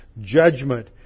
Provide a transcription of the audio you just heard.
judgment